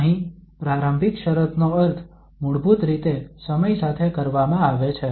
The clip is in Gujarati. અહીં પ્રારંભિક શરતનો અર્થ મૂળભૂત રીતે સમય સાથે કરવામાં આવે છે